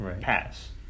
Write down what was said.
pass